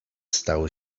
stał